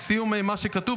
לסיום מה שכתוב,